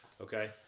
Okay